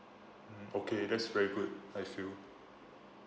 mm okay that's very good I feel